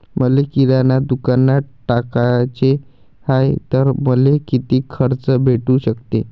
मले किराणा दुकानात टाकाचे हाय तर मले कितीक कर्ज भेटू सकते?